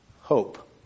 hope